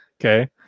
Okay